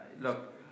Look